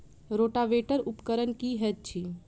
Rotavator उपकरण की हएत अछि?